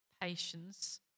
patience